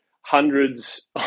hundreds